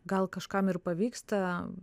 gal kažkam ir pavyksta